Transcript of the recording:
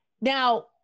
Now